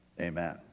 Amen